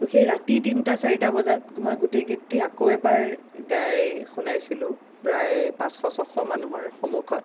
ত' সেই ৰাতি তিনটা চাৰিটা বজাত মই গোটেই গীতটি আকৌ এবাৰ গাই শুনাইছিলোঁ প্ৰায় পাঁচশ ছশ মানুহৰ সন্মুখত